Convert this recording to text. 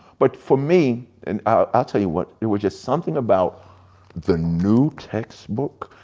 but for me, and i'll tell you what, it was just something about the new textbook,